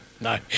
No